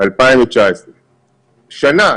29 ביולי 2019. שנה.